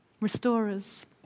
Restorers